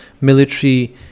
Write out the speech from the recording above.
military